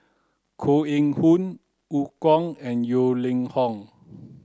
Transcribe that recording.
Koh Eng Hoon Eu Kong and Yeo Ning Hong